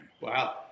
Wow